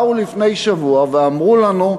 באו לפני שבוע ואמרו לנו: